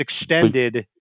extended